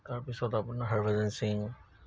তাৰপিছত আপোনাৰ হৰভজন সিং